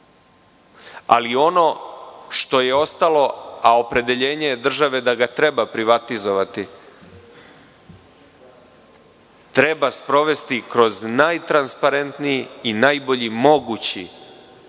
ali ono što je ostalo, a opredeljenje je države da ga treba privatizovati, treba sprovesti kroz najtransparentniji i najbolji mogući